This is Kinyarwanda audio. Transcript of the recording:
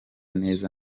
neza